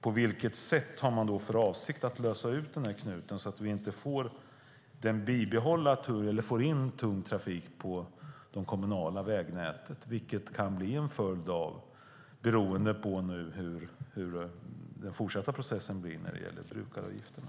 På vilket sätt har man för avsikt att lösa upp knuten så att vi inte får in tung trafik på det kommunala vägnätet, vilket kan bli följden, beroende på den fortsatta processen när det gäller brukaravgifterna?